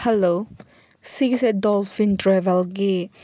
hello ꯁꯤꯒꯤꯁꯦ Dolphin ꯇ꯭ꯔꯦꯕꯦꯜꯒꯤ